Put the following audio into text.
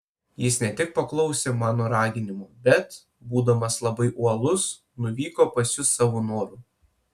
jis ne tik paklausė mano raginimo bet būdamas labai uolus nuvyko pas jus savo noru